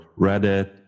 Reddit